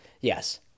Yes